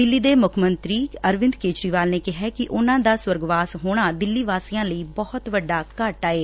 ਦਿੱਲੀ ਦੇ ਮੁੱਖ ਮੰਤਰੀ ਅਰਵਿੰਦ ਕੇਜਰੀਵਾਲ ਨੇ ਕਿਹੈ ਕਿ ਉਨੂਾ ਦਾ ਸਵਰਗਵਾਸ ਹੋਣਾ ਦਿੱਲੀ ਵਾਸੀਆਂ ਲਈ ਬਹੁਤ ਵੱਡਾ ਘਾਟਾ ਐ